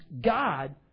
God